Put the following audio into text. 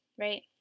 right